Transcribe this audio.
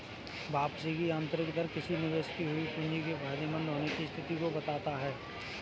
वापसी की आंतरिक दर किसी निवेश की हुई पूंजी के फायदेमंद होने की स्थिति को बताता है